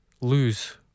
lose